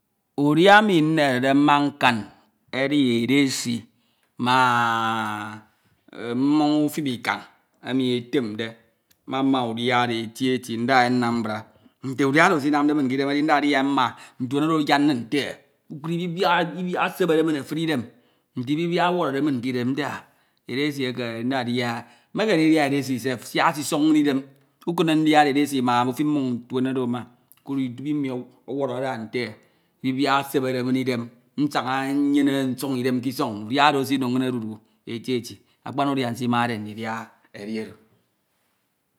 . Udia emi naeherede mma ñkan edi edesi ma mmoñ utip ikan emi etemde. Mme ma udia oro eti eti ndaha e- nnam mbra. Nte udia oro esinamde min ke idem edi ndadia e mma ntuen oro ayad nin nte kpukpru ibibiak esebede min efuni idem. Nte ibibiak ọwọrọde min ke idem nte ah edesi eke ndidia e. Mmekeme ndidia edesi se siak esisoṇ imiñ idem, ukud ndiade edesi ma ufip mmoñ nturn oro mma ekud idibi ọwọrọ ada nte ibibiak esebiede min idem. Nsaña nyene nsọnidem ke isọñ, udia oro esino min odudu eti eti, akpan udia nsiñiade ndidia edi oro